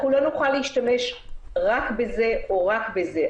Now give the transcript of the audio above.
לא נוכל להשתמש רק בזה או רק בזה,